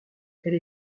elle